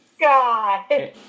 God